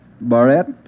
barrette